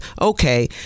okay